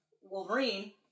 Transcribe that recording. Wolverine